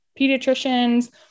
pediatricians